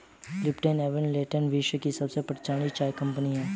Lipton and Tetley विश्व की सबसे प्रचलित चाय कंपनियां है